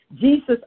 Jesus